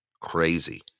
Crazy